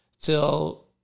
Till